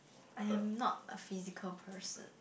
I am not a physical person